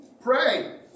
pray